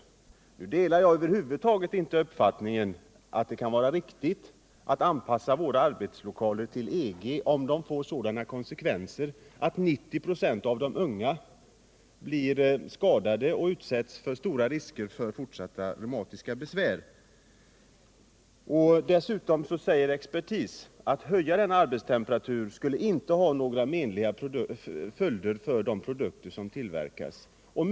Jag delar över huvud taget inte uppfattningen att det är riktigt att anpassa våra arbetslokaler till EG:s regler, när detta kan få sådana konsekvenser att 90 26 av de unga blir skadade och utsätts för stora risker för fortsatta reumatiska besvär. Dessutom säger expertis att det inte skulle inverka menligt på de produkter som tillverkas om man höjde denna arbetstemperatur.